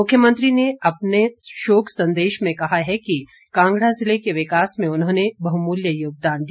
मुख्यमंत्री ने अपने शोक संदेश में कहा है कि कांगड़ा जिले के विकास में उन्होंने बहुमूल्य योगदान दिया